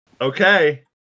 Okay